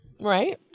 Right